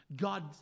God